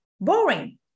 boring